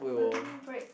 including break